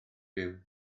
byw